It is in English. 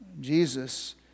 Jesus